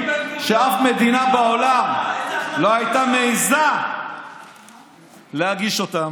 שאף מדינה בעולם לא הייתה מעיזה להגיש אותם.